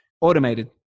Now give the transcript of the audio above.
automated